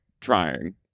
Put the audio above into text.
trying